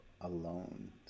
alone